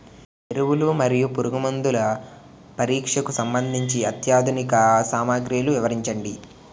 ఎరువులు మరియు పురుగుమందుల పరీక్షకు సంబంధించి అత్యాధునిక సామగ్రిలు వివరించండి?